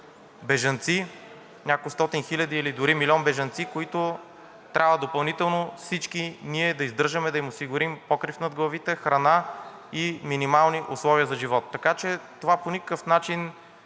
на няколкостотин хиляди или дори милион бежанци, които трябва допълнително всички ние да издържаме – да им осигурим покрив над главите, храна и минимални условия за живот. Така че това по никакъв начин